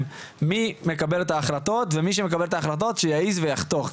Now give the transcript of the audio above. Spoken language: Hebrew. מי מקבל את ההחלטות ומי שמקבל את ההחלטות שיעז ויחתוך.